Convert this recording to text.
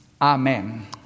Amen